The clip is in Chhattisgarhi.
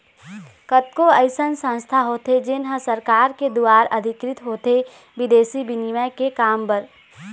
कतको अइसन संस्था होथे जेन ह सरकार के दुवार अधिकृत होथे बिदेसी बिनिमय के काम बर